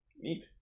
Neat